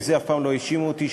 בזה עוד אף פעם לא האשימו אותי,